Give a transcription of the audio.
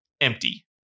empty